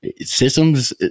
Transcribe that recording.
systems